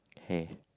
hair